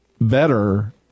better